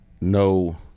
no